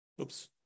Oops